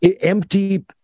empty